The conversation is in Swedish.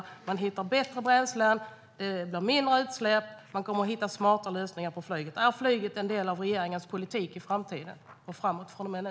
Det handlar om att hitta bättre bränslen och om att det blir mindre utsläpp. Man kommer att hitta smarta lösningar för flyget. Är flyget en del av regeringens politik i framtiden från och med nu?